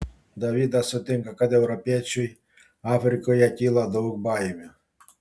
davidas sutinka kad europiečiui afrikoje kyla daug baimių